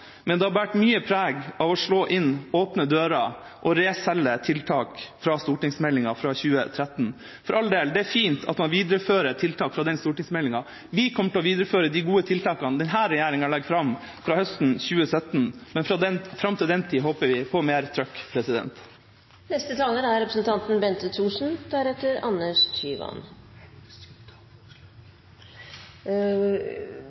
men det har båret mye preg av å slå inn åpne dører og reselge tiltak fra stortingsmeldinga fra 2013. For all del – det er fint at man viderefører tiltak fra den stortingsmeldinga. Vi kommer fra høsten 2017 til å videreføre de gode tiltakene denne regjeringa legger fram, men fram til den tid håper vi på mer trøkk. Presidenten antar at representanten